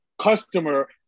customer